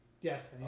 Yes